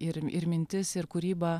ir ir mintis ir kūrybą